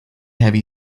heavy